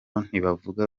ntibavuga